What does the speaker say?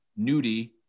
nudie